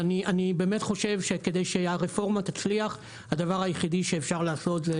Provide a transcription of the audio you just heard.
אני באמת חושב שכדי שהרפורמה תצליח הדבר היחידי שאפשר לעשות זה